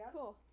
Cool